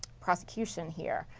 prosecution here.